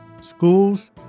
Schools